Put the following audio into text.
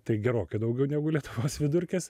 tai gerokai daugiau negu lietuvos vidurkis